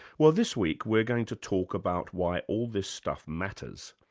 well, this week, we're going to talk about why all this stuff matters.